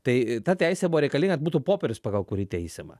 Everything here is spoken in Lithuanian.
tai ta teisė buvo reikalinga būtų popierius pagal kurį teisiama